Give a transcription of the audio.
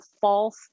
false